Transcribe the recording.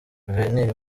guverineri